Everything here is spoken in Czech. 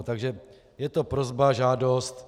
Takže je to prosba, žádost.